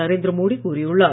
நரேந்திர மோடி கூறியுள்ளார்